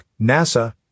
NASA